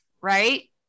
right